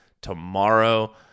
tomorrow